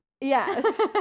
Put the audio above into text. Yes